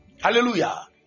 Hallelujah